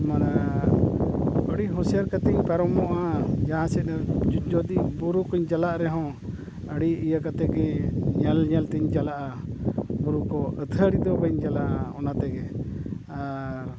ᱢᱟᱱᱮ ᱟᱹᱰᱤ ᱦᱩᱥᱤᱭᱟᱨ ᱠᱟᱛᱮᱫ ᱤᱧ ᱯᱮᱨᱚᱢᱚᱜᱼᱟ ᱡᱟᱦᱟᱸ ᱥᱮᱫ ᱦᱚᱸ ᱡᱩᱫᱤ ᱵᱩᱨᱩ ᱠᱚᱧ ᱪᱟᱞᱟᱜ ᱨᱮᱦᱚᱸ ᱟᱹᱰᱤ ᱤᱭᱟᱹ ᱠᱟᱛᱮᱫ ᱜᱮ ᱧᱮᱞ ᱧᱮᱞᱛᱤᱧ ᱪᱟᱞᱟᱜᱼᱟ ᱵᱩᱨᱩ ᱠᱚ ᱟᱹᱛᱷᱟᱹᱲᱤ ᱫᱚ ᱵᱟᱹᱧ ᱪᱟᱞᱟᱜᱼᱟ ᱚᱱᱟ ᱛᱮᱜᱮ ᱟᱨ